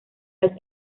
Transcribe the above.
los